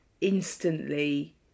instantly